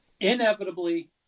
inevitably